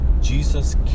Jesus